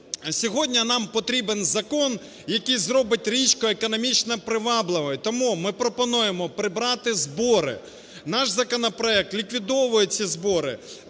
Сьогодні нам потрібен закон, який зробить річку економічно привабливою. Тому ми пропонуємо прибрати збори. Наш законопроект ліквідовує ці збори